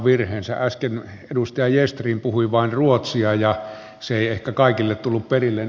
äsken edustaja gestrin puhui vain ruotsia ja se ei ehkä kaikille tullut perille